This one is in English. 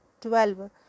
12